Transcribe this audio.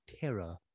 terror